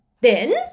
Then